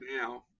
now